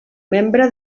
membre